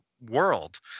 world